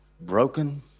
broken